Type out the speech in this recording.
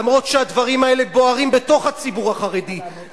אף שהדברים האלה בוערים בתוך הציבור החרדי,